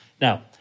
Now